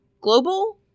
Global